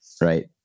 Right